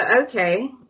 okay